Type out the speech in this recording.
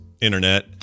Internet